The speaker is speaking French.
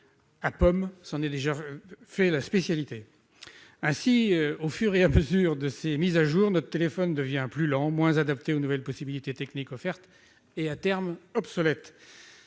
la pomme s'en est fait la spécialité ... Au fur et à mesure de ces mises à jour, notre téléphone devient plus lent, moins adapté aux nouvelles possibilités techniques offertes et, à terme, obsolète.